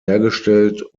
hergestellt